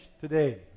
today